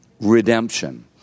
redemption